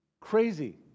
Crazy